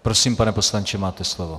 Prosím, pane poslanče, máte slovo.